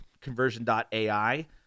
conversion.ai